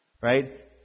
Right